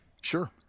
Sure